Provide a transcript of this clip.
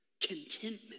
contentment